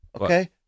Okay